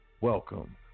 welcome